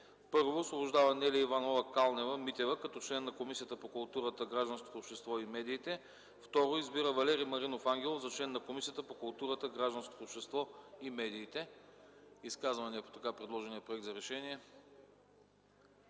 1. Освобождава Нели Иванова Калнева-Митева като член на Комисията по културата, гражданското общество и медиите. 2. Избира Валери Маринов Ангелов за член на Комисията по културата, гражданското общество и медиите.” Изказвания по така предложения проект за решение?